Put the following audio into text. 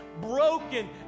broken